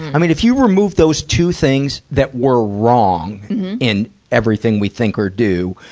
i mean, if you remove those two things that were wrong in everything we think or do,